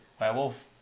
werewolf